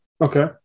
Okay